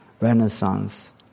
renaissance